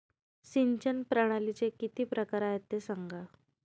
सिंचन प्रणालीचे किती प्रकार आहे ते सांगा